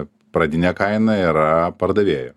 pradinė kaina ir yra pardavėjų